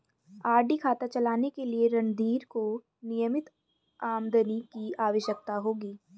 RD खाता चलाने के लिए रणधीर को नियमित आमदनी की आवश्यकता होगी